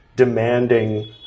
Demanding